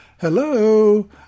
Hello